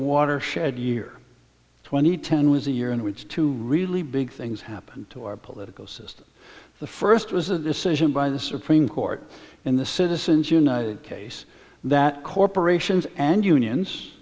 watershed year twenty ten was the year in which two really big things happened to our political system the first was a decision by the supreme court in the citizens united case that corporations and unions